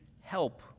help